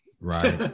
right